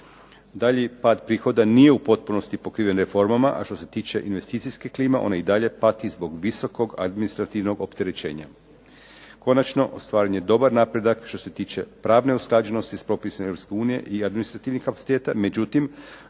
Daljnji pad prihoda nije u potpunosti pokriven reformama, a što se tiče investicijske klime ona i dalje pati zbog visokog administrativnog opterećenja. Konačno, ostvaren je dobar napredak što se tiče pravne usklađenosti s propisima Europske unije i administrativnih kapaciteta, međutim